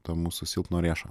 to mūsų silpno riešo